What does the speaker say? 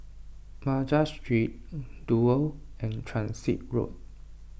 Madras Street Duo and Transit Road